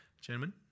gentlemen